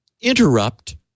interrupt